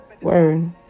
word